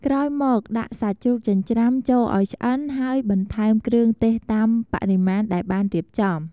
ក្រោយមក ដាក់សាច់ជ្រូកចិញ្ច្រាំចូលឲ្យឆ្អិនហើយបន្ថែមគ្រឿងទេសតាមបរិមាណដែលបានរៀបចំ។